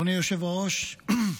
אדוני היושב-ראש,